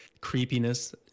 creepiness